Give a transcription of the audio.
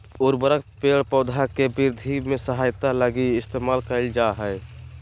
उर्वरक पेड़ पौधा के वृद्धि में सहायता लगी इस्तेमाल कइल जा हइ